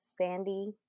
Sandy